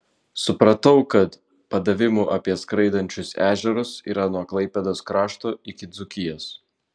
supratau kad padavimų apie skraidančius ežerus yra nuo klaipėdos krašto iki dzūkijos